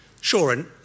Sure